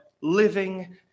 living